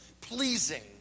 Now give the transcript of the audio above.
pleasing